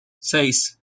seis